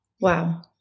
Wow